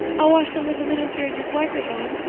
i'll wash them when the minister and his wife are gone,